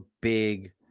big